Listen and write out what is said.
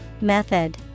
Method